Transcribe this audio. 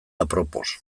apropos